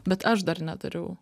bet aš dar nedariau